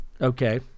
Okay